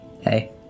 Hey